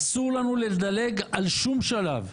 אסור לנו לדלג על שום שלב,